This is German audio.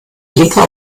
blinker